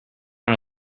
our